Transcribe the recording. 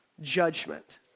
judgment